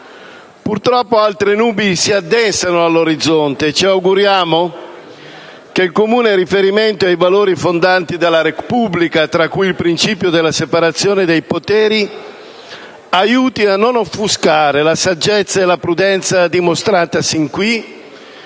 Purtroppo altre nubi si addensano all'orizzonte, e ci auguriamo che il comune riferimento ai valori fondanti della Repubblica, tra cui il principio della separazione dei poteri, aiuti a non offuscare la saggezza e la prudenza dimostrate sin qui